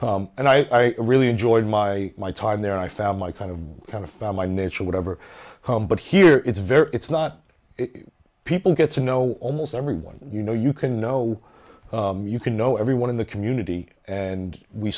and i really enjoyed my time there i found my kind of kind of found my nature whatever but here it's very it's not people get to know almost everyone you know you can know you can know everyone in the community and we